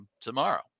tomorrow